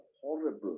horrible